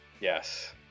Yes